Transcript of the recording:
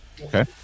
Okay